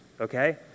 okay